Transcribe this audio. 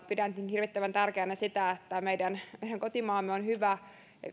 pidänkin hirvittävän tärkeänä sitä että meidän meidän kotimaamme on hyvä